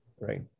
right